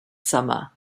summer